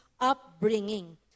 upbringing